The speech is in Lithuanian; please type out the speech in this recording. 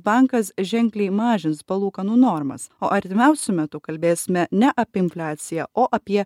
bankas ženkliai mažins palūkanų normas o artimiausiu metu kalbėsime ne apie imfliaciją o apie